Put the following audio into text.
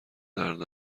درد